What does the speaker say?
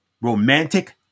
romantic